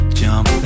jump